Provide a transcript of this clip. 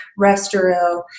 Restoril